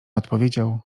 odpowiedział